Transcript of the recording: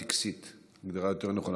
"טקסית" זה הגדרה יותר נכונה.